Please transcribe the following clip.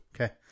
Okay